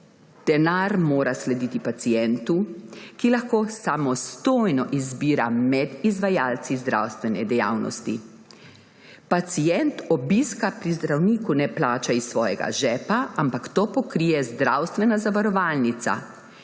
denar mora slediti pacientu, ki lahko samostojno izbira med izvajalci zdravstvene dejavnosti. Pacient obiska pri zdravniku ne plača iz svojega žepa, ampak to pokrije zdravstvena zavarovalnica,